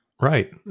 Right